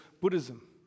Buddhism